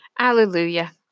Hallelujah